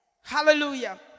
hallelujah